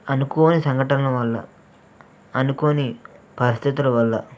అనుకోని సంఘటనల వల్ల అనుకోని పరిస్థితుల వల్ల